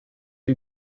you